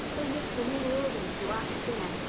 oh, yes. we nearly always do after dinner.